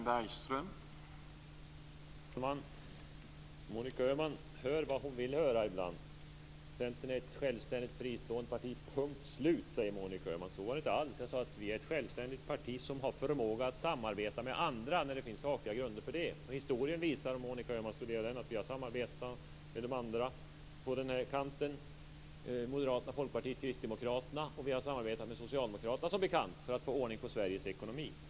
Herr talman! Monica Öhman hör vad hon vill höra ibland. "Centern är ett fristående mittenparti. Punkt, slut. ", säger hon. Så är det inte alls. Jag sade att vi är ett självständigt parti som har förmåga att samarbeta med andra när det finns sakliga grunder för det. Om Monica Öhman studerar historien finner hon att vi har samarbetat med Moderaterna, Folkpartiet och Kristdemokraterna, och vi har som bekant samarbetat med Socialdemokraterna för att få ordning på Sveriges ekonomi.